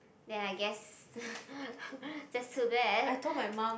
then I guess just too bad